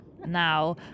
now